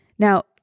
Now